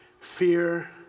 Fear